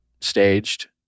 staged